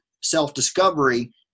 self-discovery